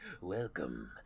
Welcome